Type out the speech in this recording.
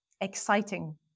exciting